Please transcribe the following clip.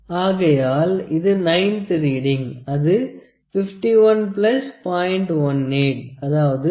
ஆகையால் இது 9 த்து ரீடிங் அது 510